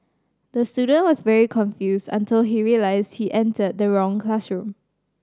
the student was very confused until he realised he entered the wrong classroom